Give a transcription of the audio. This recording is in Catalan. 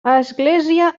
església